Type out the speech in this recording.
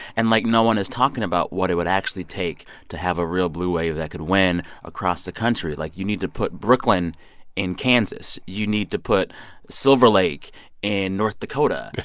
and, like, no one is talking about what it would actually take to have a real blue wave that could win across the country. like, you need to put brooklyn in kansas. you need to put silver lake in north dakota.